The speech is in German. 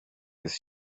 ist